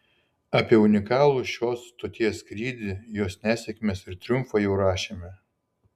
apie unikalų šios stoties skrydį jos nesėkmes ir triumfą jau rašėme